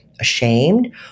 ashamed